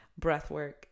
breathwork